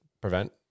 prevent